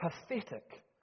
pathetic